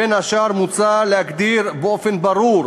בין השאר מוצע להגדיר באופן ברור